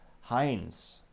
Heinz